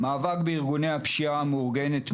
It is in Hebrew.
מאבק בארגוני הפשיעה המאורגנת,